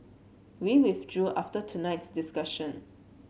we withdrew after tonight's discussion